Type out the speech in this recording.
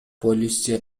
полиция